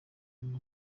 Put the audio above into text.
kumwe